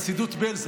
חסידות בעלז,